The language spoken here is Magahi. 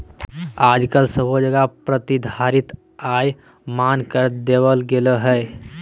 आजकल सभे जगह प्रतिधारित आय मान्य कर देवल गेलय हें